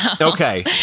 Okay